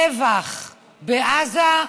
טבח בעזה,